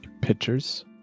pictures